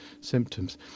symptoms